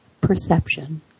perception